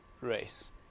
race